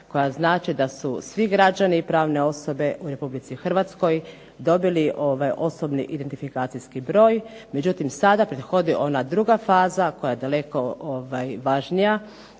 koja znači da su svi građani i pravne osobe u Republici Hrvatskoj dobili osobni identifikacijski broj, međutim sada prethodi ona druga faza, koja je daleko važnija